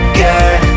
girl